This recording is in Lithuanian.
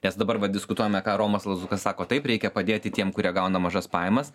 nes dabar va diskutuojame ką romas lazutka sako taip reikia padėti tiem kurie gauna mažas pajamas